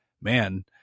man